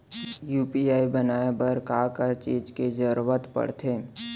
UPI बनाए बर का का चीज के जरवत पड़थे?